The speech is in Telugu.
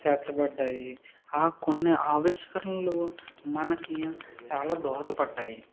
చేర్చబడ్డాయి ఆ కొన్ని ఆవిష్కరణలు మనకి చాలా దోహదపడ్డాయి